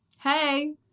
Hey